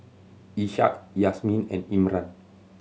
Ishak Yasmin and Imran